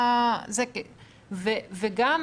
בנוסף,